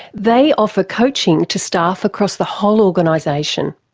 they offer coaching to staff across the whole organisation.